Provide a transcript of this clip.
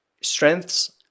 strengths